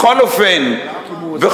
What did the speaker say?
בכל אופן.